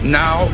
now